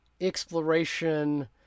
exploration